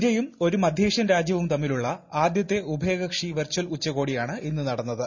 ഇന്ത്യയും ഒരു മധ്യേഷ്യൻ രാജ്യവും തമ്മിലുള്ള ആദ്യത്തെ ഉഭയകക്ഷി വെർച്ചൽ ഉച്ചകോടിയാണ് ഇന്ന് നടന്നത്